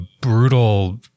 brutal